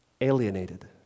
Alienated